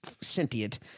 sentient